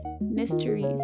mysteries